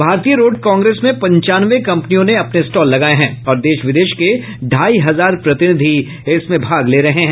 भारतीय road congress में पंचानवे कंपनियों ने अपने स्टॉल लगाये हैं और देश विदेश के ढाई हजार प्रतिनिधि इसमें भाग ले रहे हैं